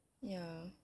ya